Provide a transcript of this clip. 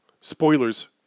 Spoilers